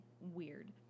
weird